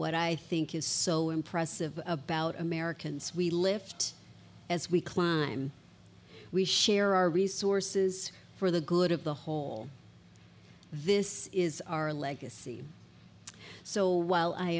what i think is so impressive about americans we lift as we climb we share our resources for the good of the whole this is our legacy so w